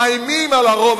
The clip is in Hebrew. מאיימים על הרוב.